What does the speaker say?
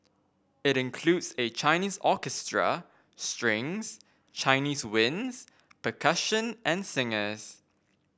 it includes a Chinese orchestra strings Chinese winds percussion and singers